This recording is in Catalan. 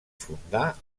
fundar